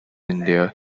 india